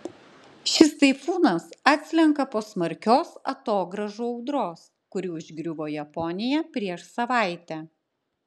šis taifūnas atslenka po smarkios atogrąžų audros kuri užgriuvo japoniją prieš savaitę